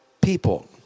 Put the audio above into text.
people